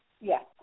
Yes